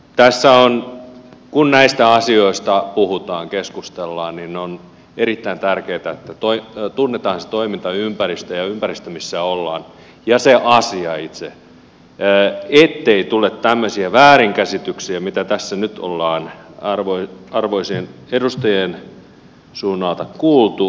tässä on kun näistä asioista puhutaan keskustellaan erittäin tärkeätä että tunnetaan se toimintaympäristö ja ympäristö missä ollaan ja se itse asia ettei tule tämmöisiä väärinkäsityksiä mitä tässä nyt ollaan arvoisien edustajien suunnalta kuultu